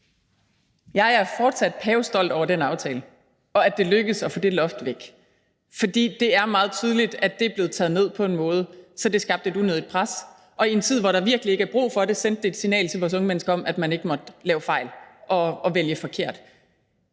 Jeg er fortsat pavestolt over den aftale og over, at det lykkedes at få det loft væk, fordi det er meget tydeligt, at det er blevet taget ned på en måde, så det skabte et unødigt pres, og i en tid, hvor der virkelig ikke er brug for det, sendte det et signal til vores unge mennesker om, at man ikke måtte lave fejl og vælge forkert.